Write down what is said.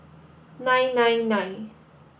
nine nine nine